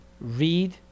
Read